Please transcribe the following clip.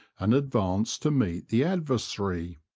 and advance to meet the adversary.